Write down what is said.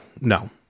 no